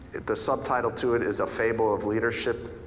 the subtitle to it is a fable of leadership.